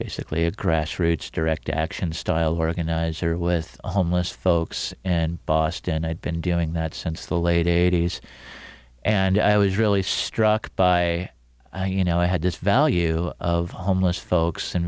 basically a grassroots direct action style organizer with homeless folks and boston i'd been doing that since the late eighty's and i was really struck by you know i had this value of homeless folks